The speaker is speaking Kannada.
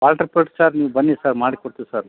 ಕ್ವಾಲಿಟಿ ಫುಡ್ ಸರ್ ನೀವು ಬನ್ನಿ ಸರ್ ಮಾಡಿ ಕೊಡ್ತಿವಿ ಸರ್